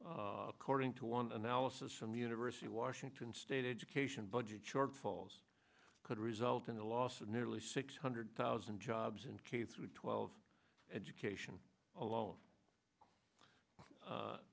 according to one analysis from the university of washington state education budget shortfalls could result in the loss of nearly six hundred thousand jobs in k through twelve education alone